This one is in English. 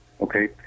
Okay